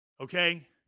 Okay